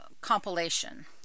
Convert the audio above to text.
compilation